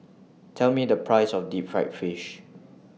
Tell Me The Price of Deep Fried Fish